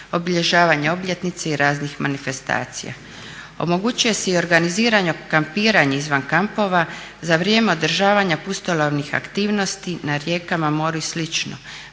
obilježavanja obljetnice i raznih manifestacija. Omogućuje se i organiziranje kampiranja izvan kampova za vrijeme održavanja pustolovnih aktivnosti na rijekama, moru i